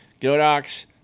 Godox